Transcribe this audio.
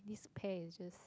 this pair is just